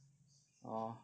orh